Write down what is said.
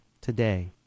today